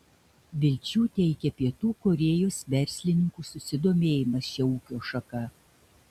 vilčių teikia pietų korėjos verslininkų susidomėjimas šia ūkio šaka